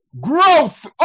growth